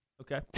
Okay